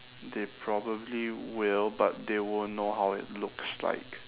they probably will but they won't know how it looks like